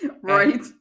Right